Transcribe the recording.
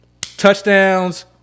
touchdowns